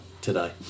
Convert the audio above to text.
today